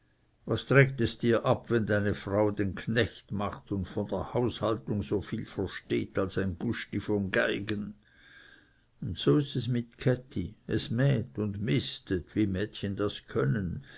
was trägt es dir ab wenn deine frau den knecht macht und von der haushaltung so viel versteht als ein gusti vom geigen und so ist es mit käthi es mäht und mistet wie mädchen das können